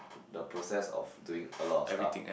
the process of doing a lot of stuff